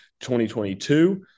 2022